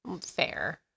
Fair